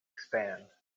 expand